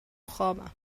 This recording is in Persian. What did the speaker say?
خوابم